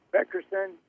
Beckerson